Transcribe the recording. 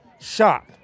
shot